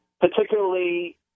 particularly –